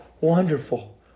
wonderful